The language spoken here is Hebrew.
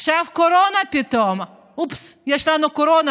עכשיו קורונה פתאום, אופס, יש לנו קורונה.